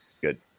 Good